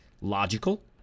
logical